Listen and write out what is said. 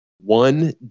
one